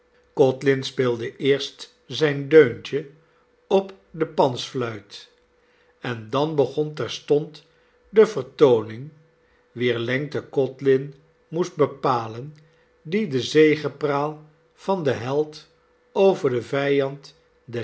codlin speelde eerst zijn deuntje op de pansfluit en dan begon terstond de vertooning wier lengte codlin moest bepalen die de zegepraal van den held over den vijand